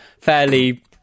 fairly